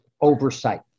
oversight